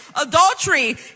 adultery